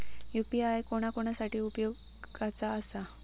UPI कोणा कोणा साठी उपयोगाचा आसा?